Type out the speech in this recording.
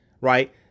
right